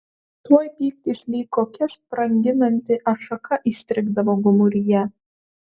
tuoj pyktis lyg kokia spranginanti ašaka įstrigdavo gomuryje